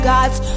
God's